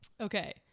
okay